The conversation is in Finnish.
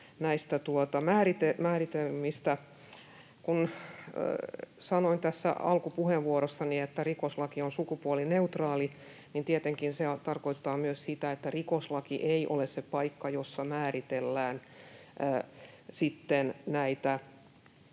näistä määritelmistä. Kun sanoin alkupuheenvuorossani, että rikoslaki on sukupuolineutraali, niin tietenkin se tarkoittaa myös sitä, että rikoslaki ei ole se paikka, jossa määritellään sitten